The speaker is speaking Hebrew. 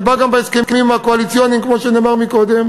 זה בא גם בהסכמים הקואליציוניים, כפי שנאמר קודם.